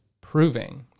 proving